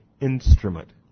instrument